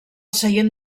seient